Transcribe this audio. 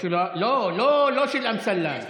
לא של אמסלם.